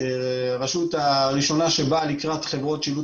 הרשות הראשונה שבאה לקראת חברות שילוט